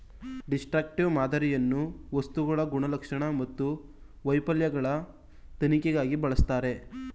destructive ಮಾದರಿಯನ್ನು ವಸ್ತುಗಳ ಗುಣಲಕ್ಷಣ ಮತ್ತು ವೈಫಲ್ಯಗಳ ತನಿಖೆಗಾಗಿ ಬಳಸ್ತರೆ